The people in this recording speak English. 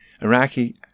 Iraqi